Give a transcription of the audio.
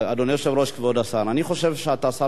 אני חושב שאתה שר מצוין,